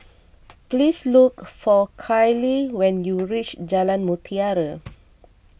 please look for Kyle when you reach Jalan Mutiara